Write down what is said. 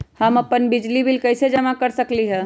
हम अपन बिजली बिल कैसे जमा कर सकेली?